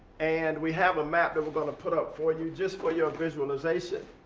and we have a map that we're going to put up for you just for your visualization.